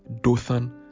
Dothan